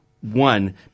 one